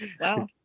wow